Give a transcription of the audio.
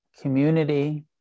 community